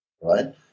right